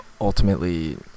ultimately